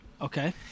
Okay